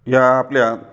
ह्या आपल्या